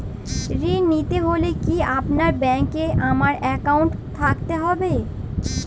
ঋণ নিতে হলে কি আপনার ব্যাংক এ আমার অ্যাকাউন্ট থাকতে হবে?